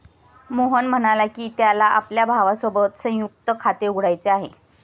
मोहन म्हणाला की, त्याला आपल्या भावासोबत संयुक्त खाते उघडायचे आहे